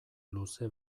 luze